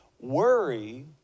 Worry